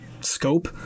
scope